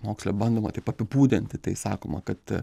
moksle bandoma taip apibūdinti tai sakoma kad